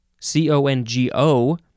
C-O-N-G-O